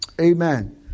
Amen